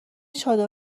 چادر